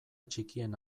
txikien